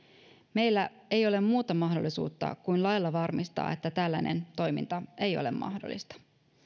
meillä ei ole muuta mahdollisuutta kuin lailla varmistaa että tällainen toiminta ei ole mahdollista